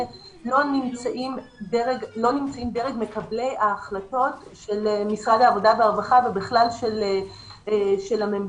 - שלא נמצא דרג מקבלי ההחלטות של משרד העבודה והרווחה ובכלל של הממשלה.